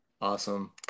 Awesome